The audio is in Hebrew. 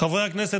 חברי הכנסת,